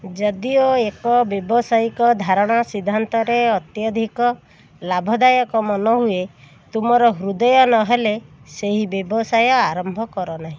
ଯଦିଓ ଏକ ବ୍ୟବସାୟିକ ଧାରଣା ସିଦ୍ଧାନ୍ତରେ ଅତ୍ୟଧିକ ଲାଭଦାୟକ ମନେ ହୁଏ ତୁମର ହୃଦୟ ନହେଲେ ସେହି ବ୍ୟବସାୟ ଆରମ୍ଭ କରନାହିଁ